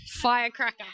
firecracker